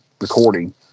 recording